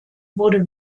wurde